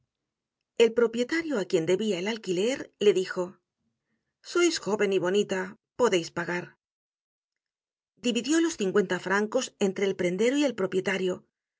el propietario á quien debia el alquiler le dijo sois jóven y bonita podeis pagar dividió los cincuenta francos entre el prendero y el propietario